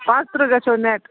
پٕنٛژترٛہ گژھیو نٮ۪ٹ